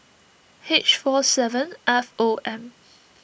H four seven F O M